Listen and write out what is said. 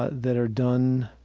that are done